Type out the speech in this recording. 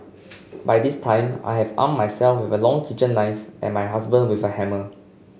by this time I have armed myself with a long kitchen knife and my husband with a hammer